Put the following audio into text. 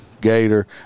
Gator